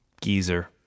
Geezer